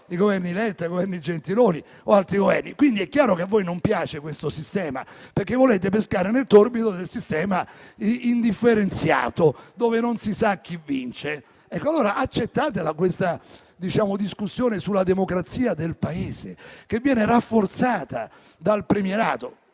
i Governi Letta, Gentiloni o altri Governi. È chiaro che a voi non piace questo sistema, perché volete pescare nel torbido del sistema indifferenziato, dove non si sa chi vince. Allora accettate questa discussione sulla democrazia del Paese, che viene rafforzata dal premierato